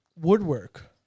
Woodwork